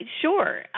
Sure